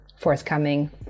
forthcoming